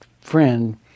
friend